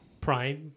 prime